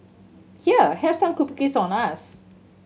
here have some cookies on us